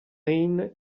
anne